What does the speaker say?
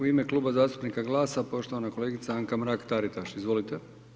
U ime Kluba zastupnika GLAS-a poštovana kolegica Anka Mrak Taritaš, izvolite.